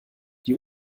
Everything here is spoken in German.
die